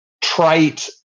trite